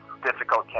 difficult